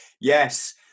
Yes